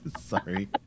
Sorry